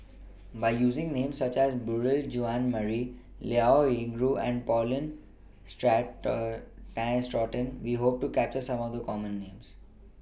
By using Names such as Beurel Jean Marie Liao Yingru and Paulin Straughan Tay Straughan We Hope to capture Some of The Common Names